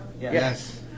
Yes